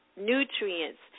nutrients